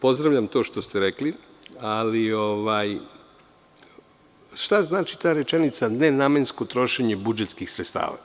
Pozdravljam to što ste rekli, ali, šta znači ta rečenica – nenamensko trošenje budžetskih sredstava?